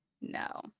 No